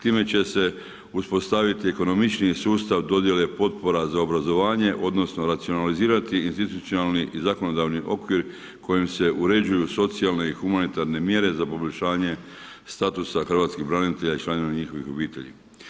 Time će se uspostaviti ekonomičniji sustav dodjele potpora za obrazovanje odnosno, racionalizirani … i zakonodavni okvir kojim se uređuju socijalne i humanitarne mjere za poboljšanje statusa hrvatskih branitelja i članova njihovih obitelji.